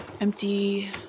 empty